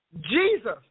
Jesus